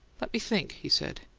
let me think, he said.